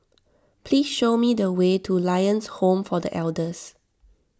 please show me the way to Lions Home for the Elders